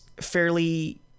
fairly